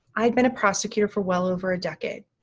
i've been a prosecutor for well over a decade.